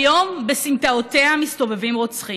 היום בסמטאותיה מסתובבים רוצחים.